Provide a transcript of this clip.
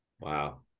Wow